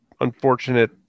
unfortunate